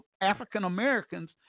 African-Americans